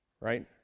right